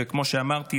וכמו שאמרתי,